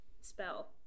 spell